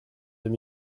deux